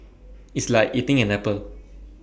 it's like eating an apple